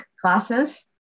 classes